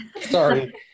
Sorry